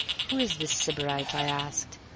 who is the sybarite? i asked.